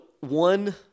one